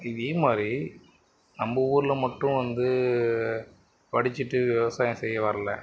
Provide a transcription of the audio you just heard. இதே மாதிரி நம்ம ஊரில் மட்டும் வந்து படித்துட்டு விவசாயம் செய்ய வரல